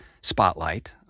spotlight